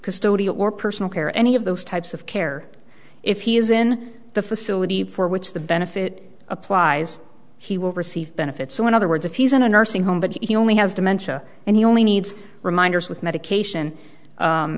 custodial or personal care or any of those types of care if he is in the facility for which the benefit applies he will receive benefits so in other words if he's in a nursing home but he only has dementia and he only needs reminders with medication